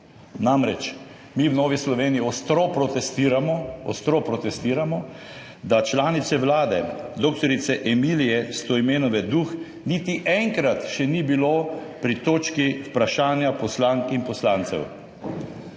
Namreč mi v Novi Sloveniji ostro protestiramo, ostro protestiramo, da članice vlade dr. Emilije Stojmenove Duh niti enkrat še ni bilo pri točki Vprašanja poslank in poslancev.